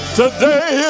today